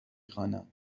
خوانم